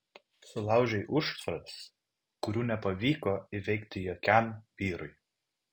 sulaužei užtvaras kurių nepavyko įveikti jokiam vyrui